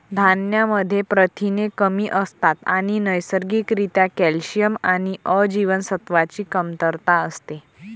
धान्यांमध्ये प्रथिने कमी असतात आणि नैसर्गिक रित्या कॅल्शियम आणि अ जीवनसत्वाची कमतरता असते